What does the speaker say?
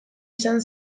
izan